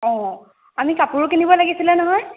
অঁ আমি কাপোৰো কিনিব লাগিছিলে নহয়